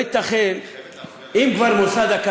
שבו אנחנו נציין עוד מעט את י"ז בתמוז,